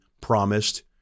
promised